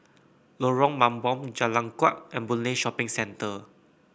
Lorong Mambong Jalan Kuak and Boon Lay Shopping Centre